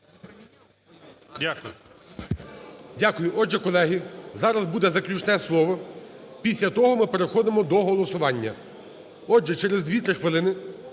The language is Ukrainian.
Дякую.